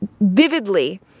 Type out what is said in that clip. vividly